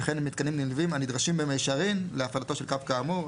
וכן מתקנים נלווים הנדרשים במישרין להפעלתו של קו כאמור,